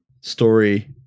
Story